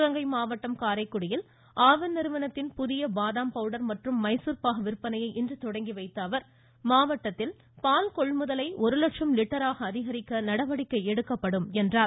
சிவகங்கை மாவட்டம் காரைக்குடியில் ஆவின் நிறுவனத்தில் புதிய பாதாம் பவுடர் மற்றும் மைசூர்பாகு விற்பனையை இன்று தொடங்கி வைத்த அவர் மாவட்டத்தில் பால் கொள்முதலை ஒரு லட்சம் லிட்டராக அதிகரிக்க நடவடிக்கை எடுக்கப்படும் என்றார்